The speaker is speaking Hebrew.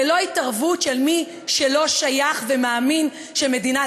ללא התערבות של מי שלא שייך ומאמין שמדינת